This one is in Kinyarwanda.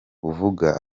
buvuga